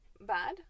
bad